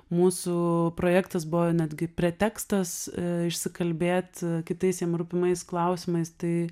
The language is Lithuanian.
mūsų projektas buvo netgi pretekstas išsikalbėt kitais jiem rūpimais klausimais tai